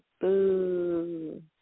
Boo